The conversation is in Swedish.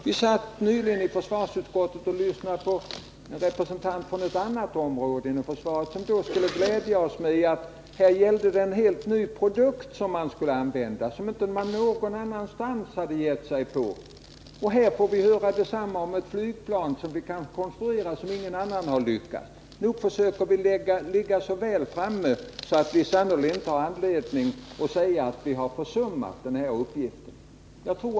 Vi satt nyligen i försvarsutskottet och lyssnade på en representant för ett annat område inom försvaret som skulle glä lja oss med att här gällde det en helt ny produkt som man skulle använda och som man inte någon annanstans hade gett sig på. Här får vi höra samma sak om ett flygplan som vi kan konstruera, men som ingen annan lyckats med. Nog försöker vi ligga väl framme, och vi har sannerligen inte anledning att säga att vi har försummat uppgiften.